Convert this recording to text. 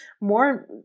more